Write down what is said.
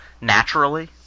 naturally